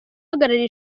uhagarariye